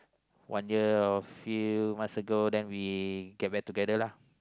one year of hill master goal then we get back together lah